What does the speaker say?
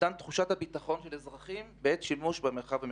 ואובדן תחושת הביטחון של אזרחים בעת שימוש במרחב הסייבר.